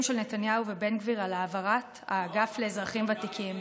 של נתניהו ובן גביר על העברת האגף לאזרחים ותיקים.